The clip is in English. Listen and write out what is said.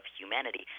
humanity –